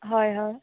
हय हय